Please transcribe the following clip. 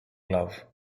love